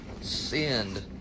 sinned